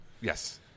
Yes